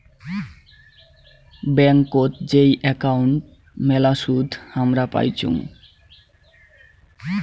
ব্যাংকোত যেই একাউন্ট মেলা সুদ হামরা পাইচুঙ